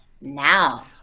now